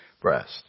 breast